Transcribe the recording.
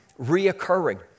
reoccurring